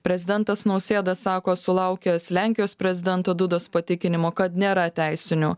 prezidentas nausėda sako sulaukęs lenkijos prezidento dudos patikinimo kad nėra teisinių